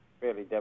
fairly